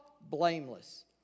blameless